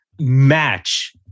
match